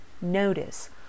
Notice